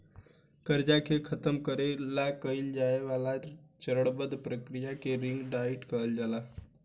कर्जा के खतम करे ला कइल जाए वाला चरणबद्ध प्रक्रिया के रिंग डाइट कहल जाला